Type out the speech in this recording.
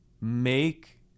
make